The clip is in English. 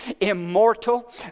immortal